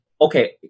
okay